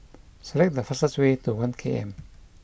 select the fastest way to One K M